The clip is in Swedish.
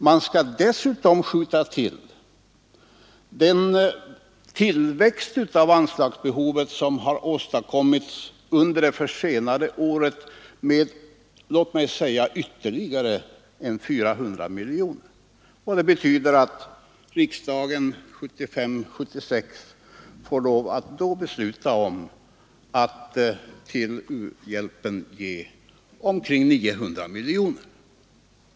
Man skall dessutom anvisa medel för den tillväxt av anslagsbehovet som har skett under de år då det varit en försening med låt mig säga ytterligare 400 miljoner. Det betyder att riksdagen för 1975/76 får lov att besluta om att till u-hjälpen ge omkring 900 miljoner.